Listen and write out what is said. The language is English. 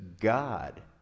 God